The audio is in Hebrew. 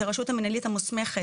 כרשות המנהלית המוסמכת,